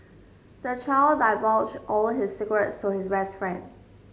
the child divulged all his secrets to his best friend